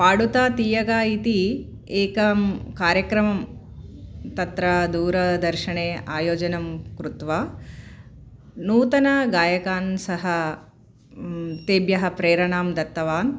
पाडुता तीयगा इति एकं कार्यक्रमं तत्र दूरदर्शने आयोजनं कृत्वा नूतनगायकान् सः तेभ्यः प्रेरणां दत्तवान्